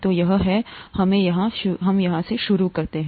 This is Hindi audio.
तो यह है हमें यहाँ शुरू करते हैं